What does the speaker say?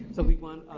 so we won